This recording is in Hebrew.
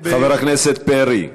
חבר הכנסת פרי.